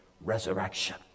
resurrection